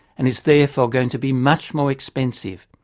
and is therefore going to be much more expensive.